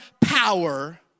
power